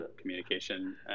communication